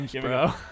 bro